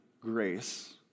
grace